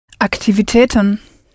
Aktivitäten